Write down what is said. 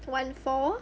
one four